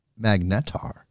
magnetar